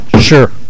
Sure